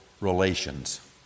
relations